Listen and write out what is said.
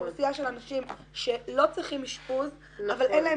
אוכלוסייה של אנשים שלא צריכים אשפוז אבל אין להם